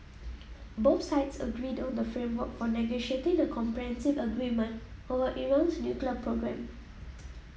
both sides agreed on the framework for negotiating the comprehensive agreement over Iran's nuclear programme